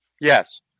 Yes